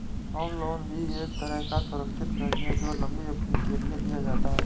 home loan भी एक तरह का सुरक्षित कर्ज है जो लम्बी अवधि के लिए दिया जाता है